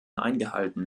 eingehalten